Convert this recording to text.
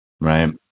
right